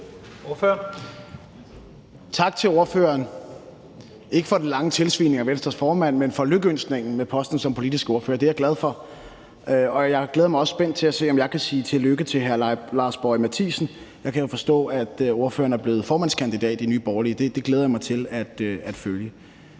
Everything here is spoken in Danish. Tak til ordføreren, ikke for den lange tilsvining af Venstres formand, men for lykønskningen med posten som politisk ordfører. Det er jeg glad for, og jeg glæder mig også til at se, om jeg kan sige tillykke til hr. Lars Boje Mathiesen. Jeg kan jo forstå, at ordføreren er blevet formandskandidat i Nye Borgerlige; det glæder jeg mig til at følge.